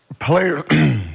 Players